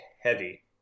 heavy